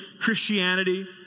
Christianity